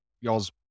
y'all's